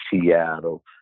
Seattle